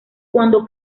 cuando